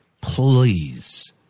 please